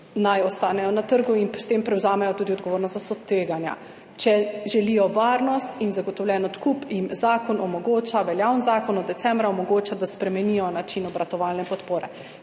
naj ostanejo na trgu in s tem prevzamejo tudi odgovornost za sotveganja. Če želijo varnost in zagotovljen odkup, jim zakon omogoča, veljavni zakon od decembra omogoča, da spremenijo način obratovalne podpore.